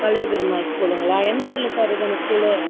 கலிய பெருமாள் ஸ்கூலுங்களா எந்த ஊரில் சார் இருக்கு அந்த ஸ்கூலு